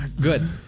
Good